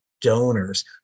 donors